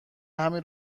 همین